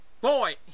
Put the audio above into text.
Boy